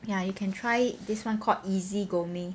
ya you can try it this one called easy gourmet